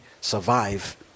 survive